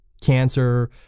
cancer